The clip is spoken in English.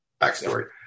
backstory